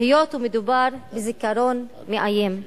היות שמדובר בזיכרון מאיים.